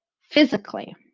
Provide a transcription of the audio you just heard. physically